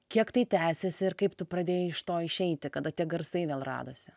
kiek tai tęsiasi ir kaip tu pradėjai iš to išeiti kada tie garsai vėl radosi